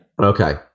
Okay